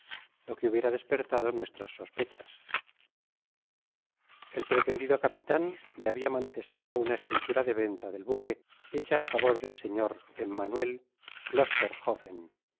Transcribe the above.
lo que hubiera despertado nuestras sos pechas el pretendido capitan me habia manifestado una escritura de venta del buque hecha á favor del sr enmanuel